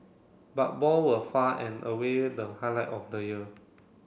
but ball were far and away the highlight of the year